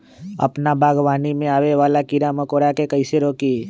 अपना बागवानी में आबे वाला किरा मकोरा के कईसे रोकी?